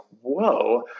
whoa